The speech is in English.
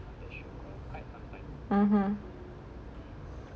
(uh huh)